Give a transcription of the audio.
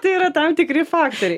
tai yra tam tikri faktoriai